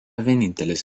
vienintelis